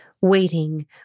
Waiting